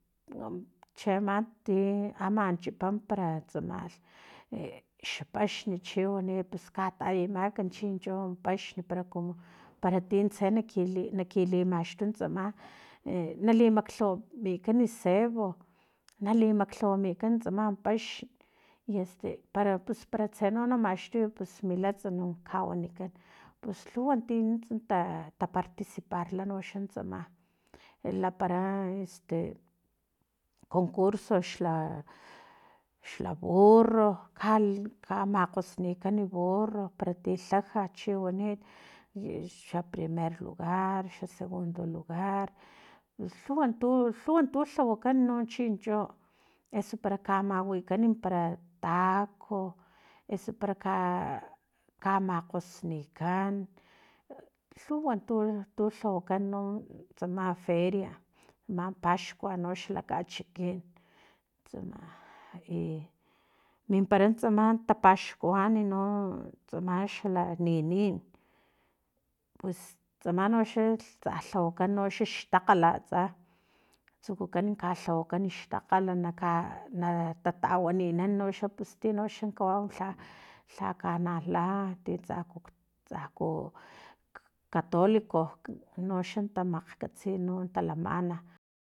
Cheama ti ama chipa ti tsamalh e xa pasni chiwanit pus katayimak chincho paxn para kumu para tin tse nali kimaxtun tsama e na li maklhawamikan cebo na li maklhawamikan tsaman paxn i este para pus para tseno na maxtuy pus milatsa no kawanikan pus lhuwa ti nuntsa ta taparticiparla noxan tsama e lapara e este concurso xala xala burro ka ka makgosnikan burro para ti lhaja chi wanit xa primer lugar xa segundo lugar lhuwan tu lhuwan tu lhawakan no chincho eso para ka mawikan para taco eso para kamakgosnikan lhuwa tun lhawakan no tsama feria na paskua noxa xala kachikin tsama i mimpara no tsama tapaxkuani no tsamax la linin pus tsama noxa tsa lhawakan xaxtakgal atsa tsukukan kalhawakan xtakgal na ka na tatawaninan noxa pus tinoxa kawau lha lha kanala ti tsaku tsaku catolicos noxa tamakgkatsi no talamana